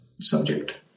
subject